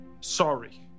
sorry